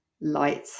light